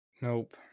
Nope